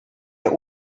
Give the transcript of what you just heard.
der